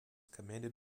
commanded